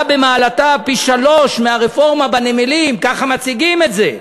במעלתה פי-שלושה מהרפורמה בנמלים" ככה מציגים את זה,